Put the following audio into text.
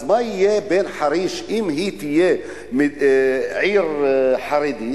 אז מה יהיה בין חריש, אם היא תהיה עיר חרדית,